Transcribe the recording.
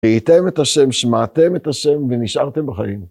ראיתם את השם, שמעתם את השם, ונשארתם בחיים.